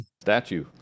statue